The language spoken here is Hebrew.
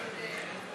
234,